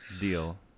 Deal